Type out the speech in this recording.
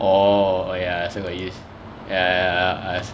orh ya I also got use ya ya ya ya I